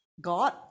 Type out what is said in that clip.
god